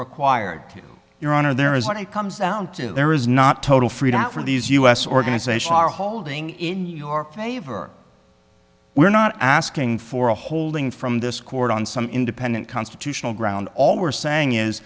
required your honor there is what it comes down to there is not total freedom from these u s organizations are holding in your favor we're not asking for a holding from this court on some independent constitutional ground all we're saying is